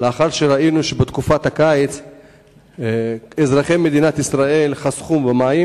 שלאחר שראינו בתקופת הקיץ שאזרחי מדינת ישראל חסכו במים,